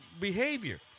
behavior